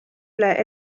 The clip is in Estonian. üle